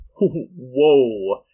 whoa